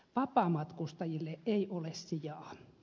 vapaamatkustajille ei ole sijaa